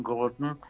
Gordon